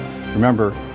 Remember